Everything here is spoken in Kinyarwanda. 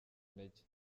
intege